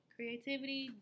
Creativity